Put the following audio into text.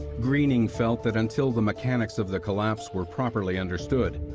greening felt that until the mechanics of the collapse were properly understood,